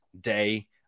day